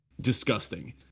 disgusting